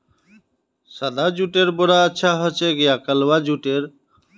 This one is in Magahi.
सादा जुटेर बोरा अच्छा ह छेक या कलवा जुटेर